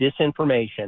disinformation